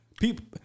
people